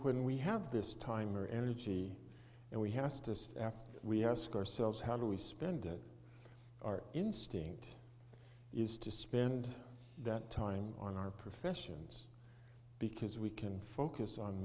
when we have this time or energy and we have after we ask ourselves how do we spend our instinct is to spend that time on our professions because we can focus on